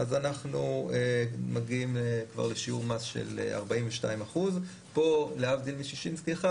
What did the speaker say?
אז אנחנו מגיעים כבר לשיעור מס של 42%. פה להבדיל משישינסקי 1,